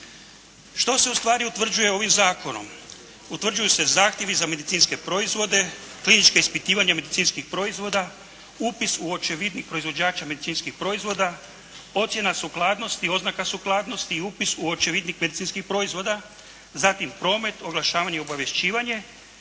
Što se ustvari utvrđuje ovim zakonom? Utvrđuju se zahtjevi za medicinske proizvode, klinička ispitivanja medicinskih proizvoda, upis u očevidnik proizvođača medicinskih proizvoda, ocjena sukladnosti, oznaka sukladnosti i upis u očevidnik medicinskih proizvoda, zatim promet, oglašavanje i obavješćivanje,